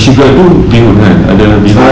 ah yes ada